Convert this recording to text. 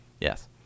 Yes